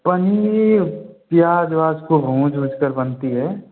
पनीर प्याज व्याज को भूँज वूँज कर बनती है